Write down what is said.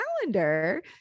calendar